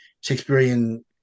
Shakespearean